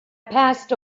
passed